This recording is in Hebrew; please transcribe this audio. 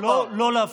אני לא מדבר